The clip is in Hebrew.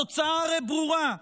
התוצאה הרי ברורה: